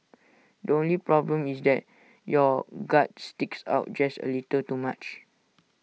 the only problem is that your gut sticks out just A little too much